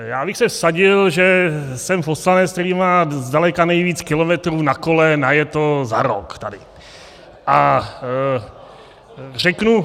Já bych se vsadil, že jsem poslanec, který má zdaleka nejvíc kilometrů na kole najeto za rok tady, a řeknu...